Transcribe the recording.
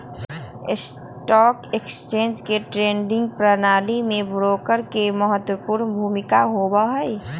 stock exchange के trading प्रणाली में ब्रोकर के महत्वपूर्ण भूमिका होबा हई